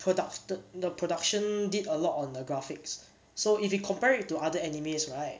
product~ the production did a lot on the graphics so if you compare it to other animes right